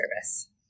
Service